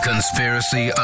Conspiracy